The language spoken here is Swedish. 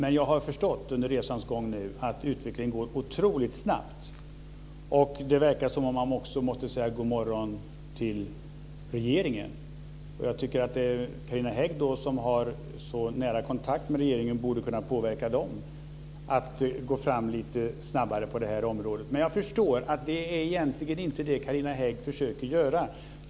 Under resans gång har jag förstått att utvecklingen går otroligt snabbt men det verkar som att man också till regeringen måste säga godmorgon. Carina Hägg, som har så nära kontakter med regeringen, borde kunna påverka dem att gå fram lite snabbare på området men jag har förstått att det egentligen inte är det som hon försöker göra.